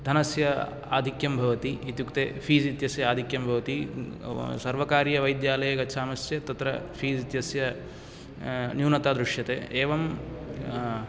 धनस्य आधिक्यं भवति इत्युक्ते फीस् इत्यस्य आधिक्यं भवति सर्वकारीय वैद्यालये गच्छामश्चेत् तत्र फीस् इत्यस्य न्यूनता दृश्यते एवम्